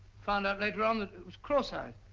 found out later on that it was cross-eyed.